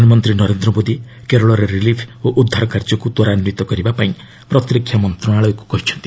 ପ୍ରଧାନମନ୍ତ୍ରୀ ନରେନ୍ଦ୍ର ମୋଦି କେରଳରେ ରିଲିଫ୍ ଓ ଉଦ୍ଧାର କାର୍ଯ୍ୟକୃ ତ୍ୱରାନ୍ୱିତ କରିବା ପାଇଁ ପ୍ରତିରକ୍ଷା ମନ୍ତ୍ରଣାଳୟକୁ କହିଛନ୍ତି